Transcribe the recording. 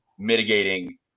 mitigating